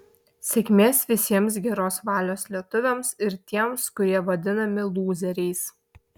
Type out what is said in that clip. sėkmės visiems geros valios lietuviams ir tiems kurie vadinami lūzeriais